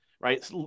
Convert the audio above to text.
right